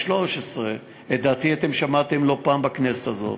2013. את דעתי שמעתם לא פעם בכנסת הזאת,